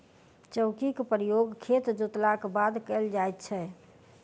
चौकीक प्रयोग खेत जोतलाक बाद कयल जाइत छै